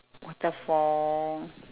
waterfall